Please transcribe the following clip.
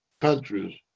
countries